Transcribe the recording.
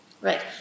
Right